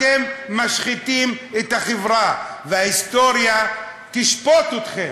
אתם משחיתים את החברה, וההיסטוריה תשפוט אתכם.